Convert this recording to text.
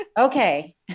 Okay